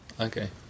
okay